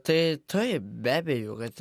tai taip be abejo kad